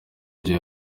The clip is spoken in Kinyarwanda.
byo